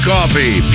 Coffee